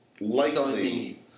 likely